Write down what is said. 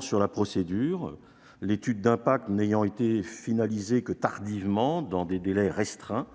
Sur la procédure, l'étude d'impact n'ayant été finalisée que tardivement, dans des délais restreints,